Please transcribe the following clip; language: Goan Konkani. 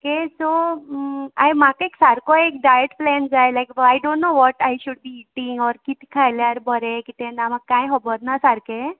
ओके सो आय म्हाका एक सारको एक डायट प्लॅन जाय like I don't know what I should be eating or कित खायल्यार बोरें कितें ना म्हाका कांय खोबोर ना सारकें